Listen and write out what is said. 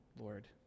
Lord